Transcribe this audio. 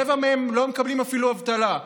רבע מהם לא מקבלים אפילו אבטלה.